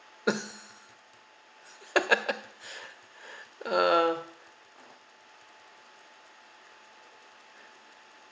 uh